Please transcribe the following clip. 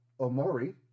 Omori